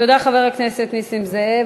תודה, חבר הכנסת נסים זאב.